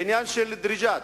בעניין של דריג'את,